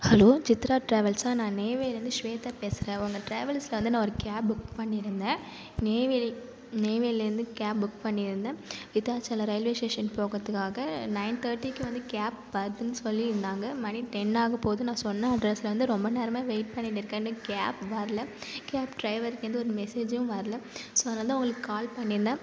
hello Chitra ட்ராவல்ஸா நான் நெய்வேலிலேருந்து ஷ்வேத்தா பேசுகிறேன் உங்கள் ட்ராவல்ஸ்ல வந்து நான் ஒரு கேப் புக் பண்ணியிருந்தேன் நெய்வேலி நெய்வேல்லேருந்து கேப் புக் பண்ணியிருந்தேன் விருத்தாசாலம் ரயில்வேஸ்ஷேஷன் போகிறதுக்காக நயன் தேர்ட்டிக்கு வந்து கேப் வர்தன்னு சொல்லியிருந்தாங்கள் மணி டென் ஆகப்போகுது நான் சொன்ன அட்ரஸ்ல வந்து ரொம்ப நேரமாக வெயிட் பண்ணிகிட்டுருக்கேன் இன்னும் கேப் வரல கேப் ட்ரைவர்டேருந்து ஒரு மெசேஜூம் வரல ஸோ அதனாலதான் உங்களுக்கு கால் பண்ணிருந்தேன்